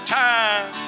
time